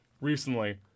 recently